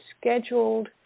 scheduled